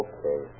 Okay